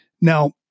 Now